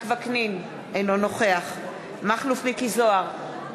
אינו נוכח מכלוף מיקי זוהר,